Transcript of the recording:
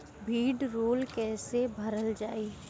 भीडरौल कैसे भरल जाइ?